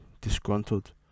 disgruntled